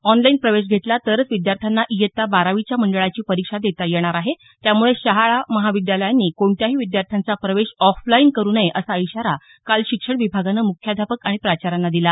online प्रवेश घेतला तरच विद्यार्थ्यांना इयत्ता बारावीच्या मंडळाची परीक्षा देता येणार आहे त्यामुळं शाळा महाविद्यालयांनी कोणत्याही विद्यार्थ्यांचा प्रवेश ऑफलाईन करू नये असा इशारा काल शिक्षण विभागानं मुखाध्यापक आणि प्राचार्यांना दिला